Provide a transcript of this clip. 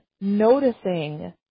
noticing